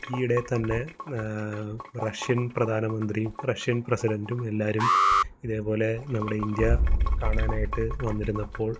ഈയിടെ തന്നെ റഷ്യൻ പ്രധാനമന്ത്രി റഷ്യൻ പ്രസിഡൻറ്റും എല്ലാവരും ഇതേപോലെ നമ്മുടെ ഇന്ത്യ കാണാനായിട്ട് വന്നിരുന്നപ്പോൾ